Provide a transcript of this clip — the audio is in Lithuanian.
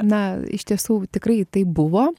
na iš tiesų tikrai taip buvo